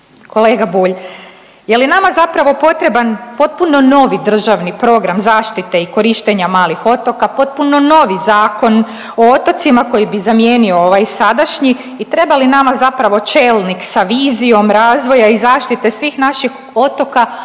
Kolega Bulj, je li nama zapravo potreban potpuno novi državni program zaštite i korištenja malih otoka, potpuno novi Zakon o otocima koji bi zamijenio ovaj sadašnji i treba li nama zapravo čelnik sa vizijom razvoja i zaštite svih naših otoka,